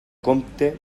compte